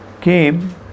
came